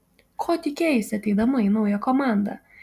ko tikėjaisi ateidama į naują komandą